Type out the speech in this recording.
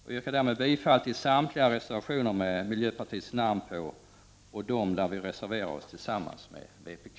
Jag yrkar därmed bifall till samtliga reservationer med miljöpartiets namn på och dem där vi reserverar oss tillsammans med vpk.